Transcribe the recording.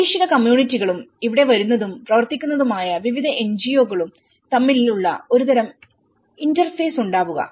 പ്രാദേശിക കമ്മ്യൂണിറ്റികളും ഇവിടെ വരുന്നതും പ്രവർത്തിക്കുന്നതുമായ വിവിധ എൻജിഒകൾ തമ്മിലുള്ള ഒരു തരം ഇന്റർഫേസ് ഉണ്ടാവുക